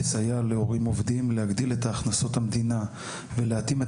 לסייע להורים עובדים להגדיל את הכנסות המדינה ולהתאים את